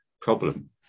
problem